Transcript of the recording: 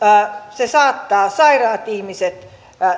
se saattaa sairaat ihmiset